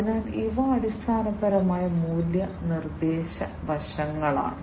അതിനാൽ ഇവ അടിസ്ഥാനപരമായി മൂല്യ നിർദ്ദേശ വശങ്ങളാണ്